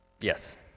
Yes